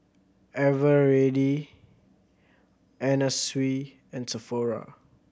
Eveready Anna Sui and Sephora